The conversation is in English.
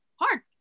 hard